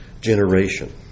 generation